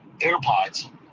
AirPods